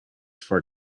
for